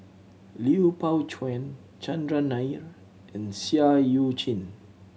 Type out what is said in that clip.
Lui Pao Chuen Chandran Nair and Seah Eu Chin